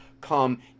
come